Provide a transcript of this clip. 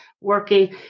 working